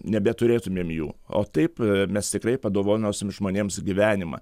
nebeturėtumėm jų o taip mes tikrai padovanosim žmonėms gyvenimą